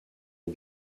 een